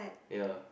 ya